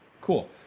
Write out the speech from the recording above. Cool